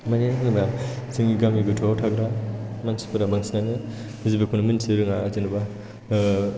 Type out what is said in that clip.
माने होनोबा जोंनि गामि गोथौआव थाग्रा मानसिफोरा बांसिनानो जेबोखौनो मिन्थिरोङा जेनेबा